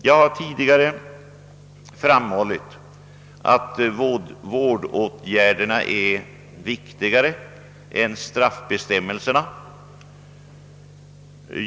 Jag har tidigare framhållit att vårdåtgärderna är viktigare än straffbestämmelserna.